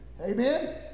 Amen